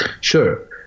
Sure